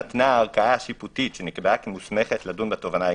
נתנה הערכאה השיפוטית שנקבעה כמוסמכת לדון בתובענה העיקרית,